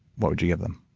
what would you give them?